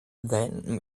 then